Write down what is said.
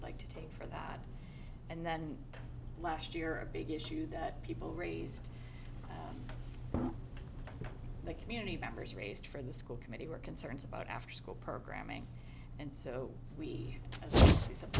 like to take for that and then last year a big issue that people raised in the community members raised for the school committee were concerns about afterschool programming and so we